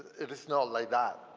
it's not like that.